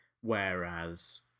whereas